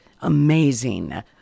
amazing